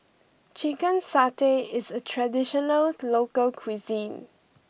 Chicken Satay is a traditional local cuisine